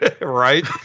Right